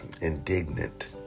Indignant